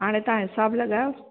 हाणे तव्हां हिसाबु लॻायो